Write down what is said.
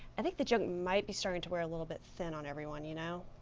i think the joke might be starting to wear a little bit thin on everyone, you know?